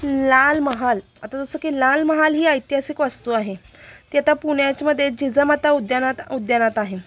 लाल महाल आता जसं की लाल महाल ही ऐतिहासिक वास्तू आहे ती आता पुण्याच्यामध्ये जिजामाता उद्यानात उद्यानात आहे